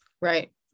Right